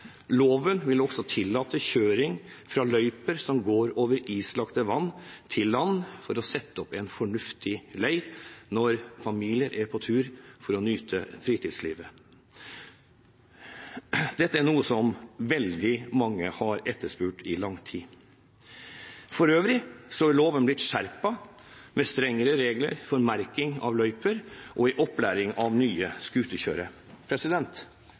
Loven vil også tillate kjøring fra løyper som går over islagte vann til land for å sette opp en fornuftig leir når familier er på tur for å nyte friluftslivet. Dette er noe som veldig mange har etterspurt i lang tid. For øvrig er loven blitt skjerpet med strengere regler for merking av løyper og i opplæring av nye